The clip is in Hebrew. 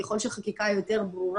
ככל שהחקיקה היא יותר ברורה,